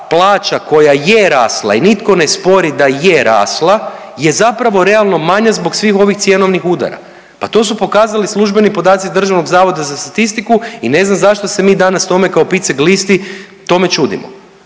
plaća koja je rasla i nitko ne spori da je rasla je zapravo realno manja zbog svih ovih cjenovnih udara. Pa to su pokazali službeni podaci Državnog zavoda za statistiku i ne znam zašto se mi danas tome kao picek glisti tome čudimo.